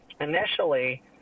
Initially